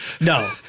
No